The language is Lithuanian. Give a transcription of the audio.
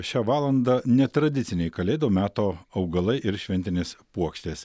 šią valandą netradiciniai kalėdų meto augalai ir šventinės puokštės